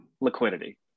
liquidity